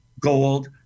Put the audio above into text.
gold